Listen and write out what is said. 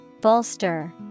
Bolster